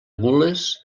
gules